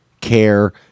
care